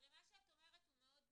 הרי מה שאת אומרת הוא מאוד סדור,